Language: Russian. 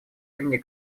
имени